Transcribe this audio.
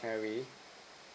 mary